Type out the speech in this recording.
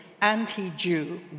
anti-Jew